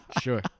Sure